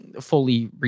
fully